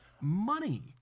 money